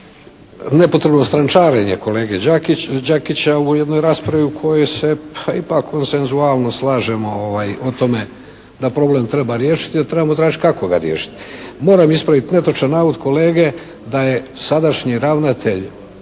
nepotrebno straničarenje kolege Đakića u jednoj raspravi u kojoj se ipak konsenzualno slažemo o tome da problem treba riješiti, trebamo tražiti kako ga riješiti. Moram ispraviti netočan navod kolege da je sadašnji ravnatelj